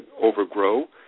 overgrow